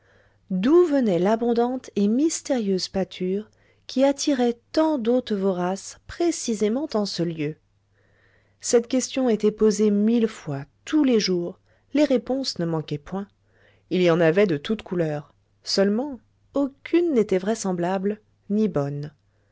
d'où venait l'abondante et mystérieuse pâture qui attirait tant d'hôtes voraces précisément en ce lieu cette question était posée mille fois tous les jours les réponses ne manquaient point il y en avait de toutes couleurs seulement aucune n'était vraisemblable ni bonne